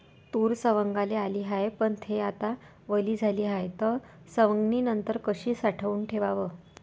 तूर सवंगाले आली हाये, पन थे आता वली झाली हाये, त सवंगनीनंतर कशी साठवून ठेवाव?